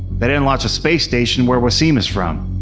but and launch a space station where wasim is from.